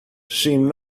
seemed